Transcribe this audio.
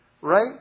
right